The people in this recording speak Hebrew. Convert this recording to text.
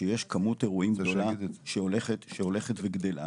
שכמות האירועים בשעה הולכת וגדלה,